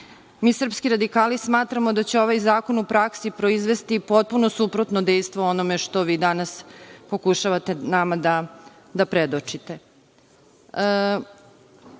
srpski radikali, smatramo da će ovaj zakon u praksi proizvesti potpuno suprotno dejstvo onome što vi danas pokušavate nama da predočite. Ko